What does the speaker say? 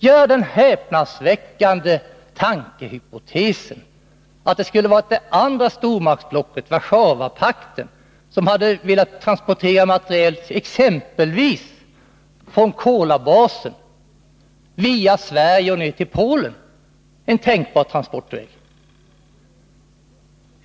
Gör det otroliga tankeexperimentet att det andra stormaktsblocket, Warszawapakten, velat transportera materiel exempelvis från Kolabasen via Sverige ned till Polen, en tänkbar transportväg.